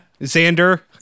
Xander